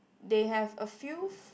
they have a few